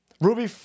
Ruby